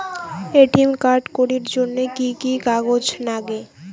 ATM card করির জন্যে কি কি কাগজ নাগে?